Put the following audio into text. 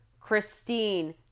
Christine